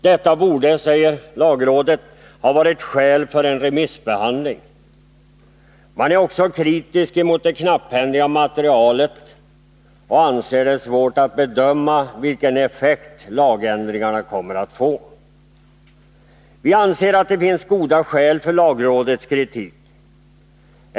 Detta borde, anser lagrådet, ha varit skäl för en remissbehandling. Lagrådet är också kritiskt mot det knapphändiga materialet och anser det svårt att bedöma vilken effekt lagändringarna får. Vi anser att det finns goda skäl för lagrådets kritik.